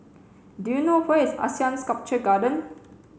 do you know where is ASEAN Sculpture Garden